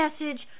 message